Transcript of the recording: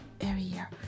area